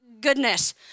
Goodness